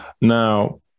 Now